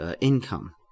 income